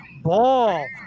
ball